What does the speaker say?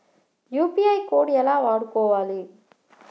UPI code ఎలా వాడుకోవాలి?